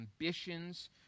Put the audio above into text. ambitions